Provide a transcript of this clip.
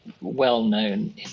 well-known